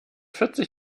vierzig